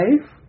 life